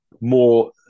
more